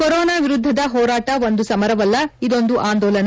corona ವಿರುದ್ದದ ಹೋರಾಟ ಒಂದು ಸಮರವಲ್ಲ ಇದೊಂದು ಆಂದೋಲನಾ